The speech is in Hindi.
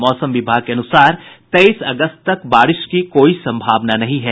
मौसम विभाग के अनुसार तेईस अगस्त तक बारिश की कोई संभावना नहीं है